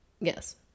yes